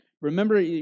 Remember